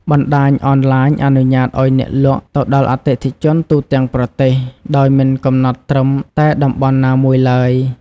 បណ្ដាញអនឡាញអនុញ្ញាតឱ្យអ្នកលក់ទៅដល់អតិថិជនទូទាំងប្រទេស ដោយមិនកំណត់ត្រឹមតែតំបន់ណាមួយឡើយ។